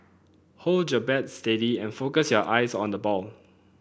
hold your bat steady and focus your eyes on the ball